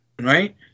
right